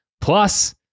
plus